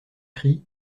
christ